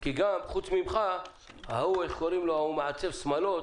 כי פרט לך אז גם מעצב השמלות